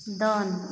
ᱫᱚᱱ